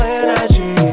energy